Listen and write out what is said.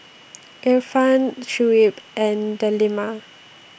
Irfan Shuib and Delima